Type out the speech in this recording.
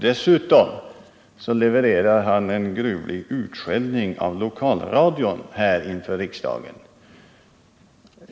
Dessutom levererar han en gruvlig utskällning av lokalradion här inför riksdagen.